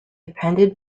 appended